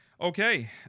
Okay